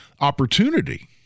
Opportunity